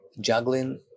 juggling